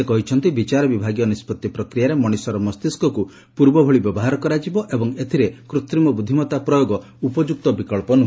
ସେ କହିଛନ୍ତି ବିଚାର ବିଭାଗୀୟ ନିଷ୍ପତ୍ତି ପ୍ରକ୍ରିୟାରେ ମଣିଷର ମସ୍ତିଷ୍କକୁ ପୂର୍ବଭଳି ବ୍ୟବହାର କରାଯିବ ଏବଂ ଏଥିରେ କୁତ୍ରିମ ବୁଦ୍ଧିମତ୍ତା ପ୍ରୟୋଗ ଉପଯୁକ୍ତ ବିକଳ୍ପ ନୁହେଁ